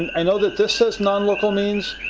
i know that this says nonlocal means,